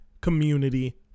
community